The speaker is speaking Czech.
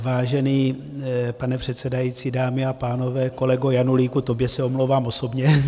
Vážený pane předsedající, dámy a pánové kolego Janulíku, tobě se omlouvám osobně.